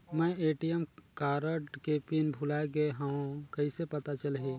मैं ATM card के PIN भुलाए गे हववं कइसे पता चलही?